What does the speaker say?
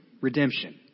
redemption